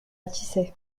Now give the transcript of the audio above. dissay